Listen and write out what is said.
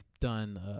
done